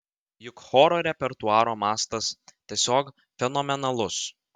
juk choro repertuaro mastas tiesiog fenomenalus